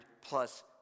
plus